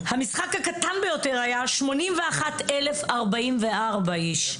המשחק הקטן ביותר היה של 81,044 איש.